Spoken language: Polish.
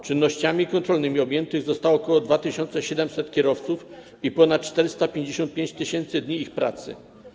Czynnościami kontrolnymi objętych zostało ok. 2700 kierowców i ponad 455 tys. dni ich pracy.